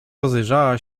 rozejrzała